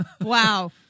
Wow